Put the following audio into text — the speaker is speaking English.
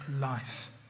life